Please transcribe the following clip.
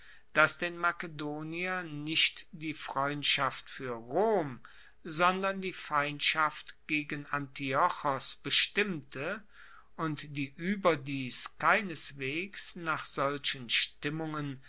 dass den makedonier nicht die freundschaft fuer rom sondern die feindschaft gegen antiochos bestimmte und die ueberdies keineswegs nach solchen stimmungen